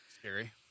Scary